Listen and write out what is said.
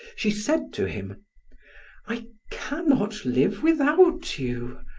she said to him i cannot live without you!